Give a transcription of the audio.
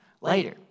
later